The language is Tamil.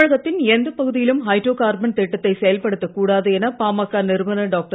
தமிழகத்தின் எந்தப் பகுதியிலும் ஹைட்ரோ கார்பன் திட்டத்தை செயல்படுத்தக் கூடாது என பாமக நிறுவனர் டாக்டர்